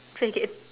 say again